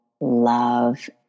love